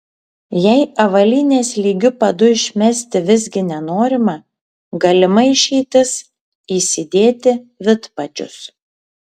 jei avalynės lygiu padu išmesti visgi nenorima galima išeitis įsidėti vidpadžius